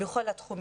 שינוי בכל התחומים.